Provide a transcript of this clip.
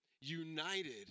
united